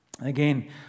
Again